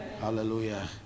Hallelujah